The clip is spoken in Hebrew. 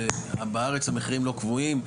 בארץ המחירים לא קבועים,